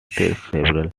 sequences